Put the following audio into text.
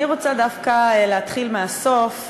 אני רוצה דווקא להתחיל מהסוף,